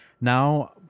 now